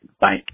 bye